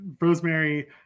Rosemary